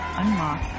unlock